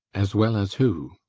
as well as who?